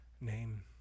name